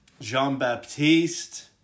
Jean-Baptiste